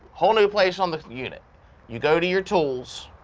whole new place on the unit you go to your tools